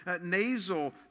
nasal